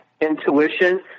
intuition